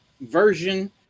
version